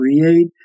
create